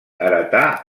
heretà